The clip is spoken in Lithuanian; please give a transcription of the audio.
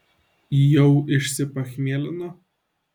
jau išsipachmielino